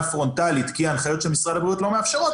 פרונטלית כי ההנחיות של משרד הבריאות לא מאפשרות,